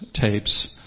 tapes